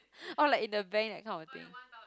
or like in the bank that kind of thing